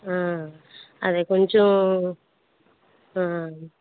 అదే కొంచెం